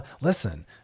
Listen